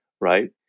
right